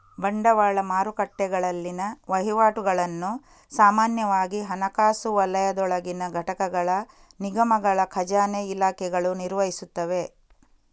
ಬಂಡವಾಳ ಮಾರುಕಟ್ಟೆಗಳಲ್ಲಿನ ವಹಿವಾಟುಗಳನ್ನು ಸಾಮಾನ್ಯವಾಗಿ ಹಣಕಾಸು ವಲಯದೊಳಗಿನ ಘಟಕಗಳ ನಿಗಮಗಳ ಖಜಾನೆ ಇಲಾಖೆಗಳು ನಿರ್ವಹಿಸುತ್ತವೆ